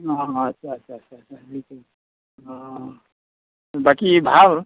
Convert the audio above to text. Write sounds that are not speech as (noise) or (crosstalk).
অঁ আচ্ছা আচ্ছা আচ্ছা (unintelligible) অঁ বাকী ভাল